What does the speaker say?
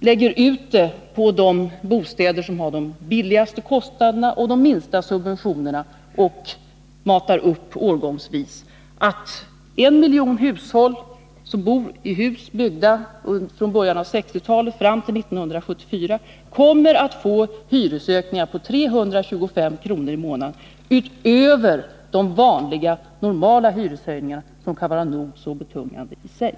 vi lägger ut det på de bostäder som har de lägsta kostnaderna och de minsta subventionerna och matar upp årgångsvis, att en miljon hushåll, som bor i hus byggda från början av 1960-talet fram till 1974, kommer att få hyresökningar på upp till 325 kr. i månaden utöver de normala hyreshöjningarna, som kan vara nog så betungande i sig.